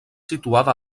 situada